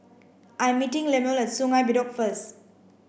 I'm meeting Lemuel at Sungei Bedok first